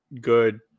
good